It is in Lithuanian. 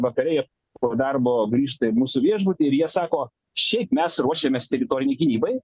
vakare jie po darbo grįžta į mūsų viešbutį ir jie sako šiaip mes ruošiamės teritorinei gynybai